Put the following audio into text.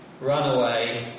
runaway